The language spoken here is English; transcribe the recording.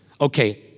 Okay